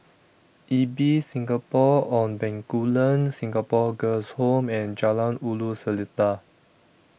Ibis Singapore on Bencoolen Singapore Girls' Home and Jalan Ulu Seletar